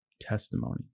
Testimony